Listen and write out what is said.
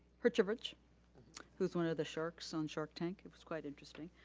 herjavec who's one of the sharks on shark tank. it was quite interesting.